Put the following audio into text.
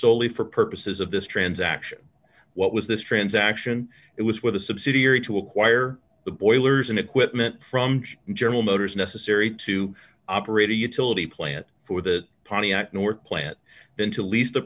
solely for purposes of this transaction what was this transaction it was for the subsidiary to acquire the boilers and equipment from general motors necessary to operate a utility plant for the pontiac north plant than to lease the